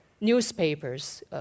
newspapers